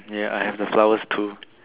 ya I have the flowers too